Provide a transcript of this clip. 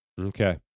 Okay